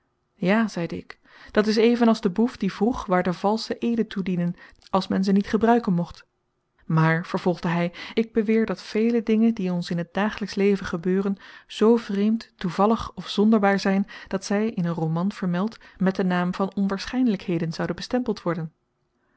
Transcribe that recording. ja zeide ik dat is even als de boef die vroeg waar de valsche eeden toe dienden als men ze niet gebruiken mocht maar vervolgde hij ik beweer dat vele dingen die ons in het dagelijksch leven gebeuren zoo vreemd toevallig of zonderbaar zijn dat zij in een roman vermeld met den naam van onwaarschijnlijkheden zouden bestempeld worden